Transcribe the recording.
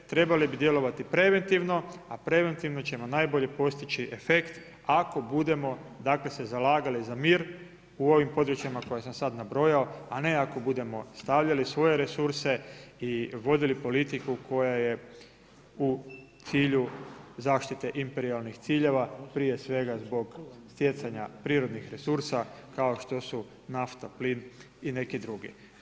Trebale bi djelovati preventivno, a preventivno ćemo najbolje postići efekt ako budemo, dakle se zalagali za mir u ovim područjima koje sam sad nabrojao, a ne ako budemo stavljali svoje resurse i vodili politiku koja je u cilju zaštite imperijalnih ciljeva prije svega zbog stjecanja prirodnih resursa kao što su nafta, plin i neki drugi.